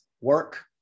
work